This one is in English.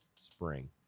spring